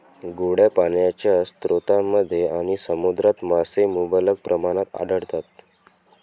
गोड्या पाण्याच्या स्रोतांमध्ये आणि समुद्रात मासे मुबलक प्रमाणात आढळतात